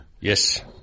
Yes